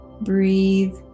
breathe